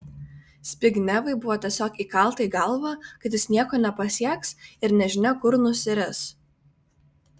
zbignevui buvo tiesiog įkalta į galvą kad jis nieko nepasieks ir nežinia kur nusiris